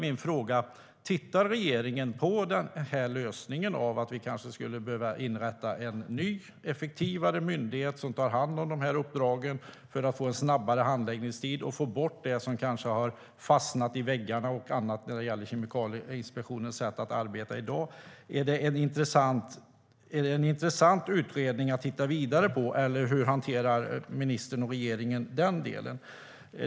Mina frågor är: Tittar regeringen på den här lösningen, alltså att vi kanske skulle behöva inrätta en ny och effektivare myndighet som tar hand om de här uppdragen? Det handlar om att få en snabbare handläggningstid och få bort det som kanske har satt sig i väggarna när det gäller Kemikalieinspektionens sätt att arbeta i dag. Är det en intressant utredning att titta vidare på? Hur hanterar ministern och regeringen den delen?